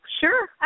sure